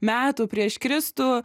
metų prieš kristų